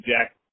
Jack